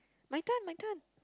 my turn my turn